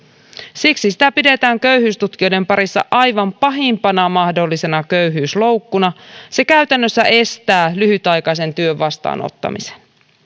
siksi sitä pidetään köyhyystutkijoiden parissa aivan pahimpana mahdollisena köyhyysloukkuna se käytännössä estää lyhytaikaisen työn vastaanottamisen